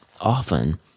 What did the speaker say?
Often